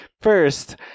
First